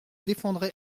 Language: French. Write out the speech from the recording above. défendrai